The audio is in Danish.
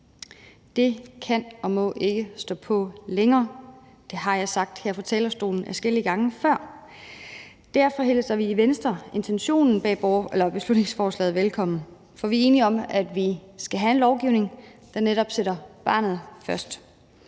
Det kan og må ikke stå på længere. Det har jeg sagt her fra talerstolen adskillige gange før. Derfor hilser vi i Venstre intentionen bag beslutningsforslaget velkommen, for vi er enige i, at vi skal have en lovgivning, der netop sætter barnet først.